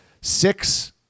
Six